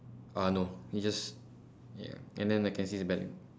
uh no he just ya and then I can see his belly